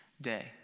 day